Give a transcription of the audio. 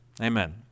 amen